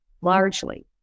largely